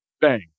Bang